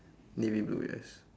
navy blue yes